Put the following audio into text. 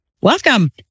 welcome